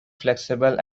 flexible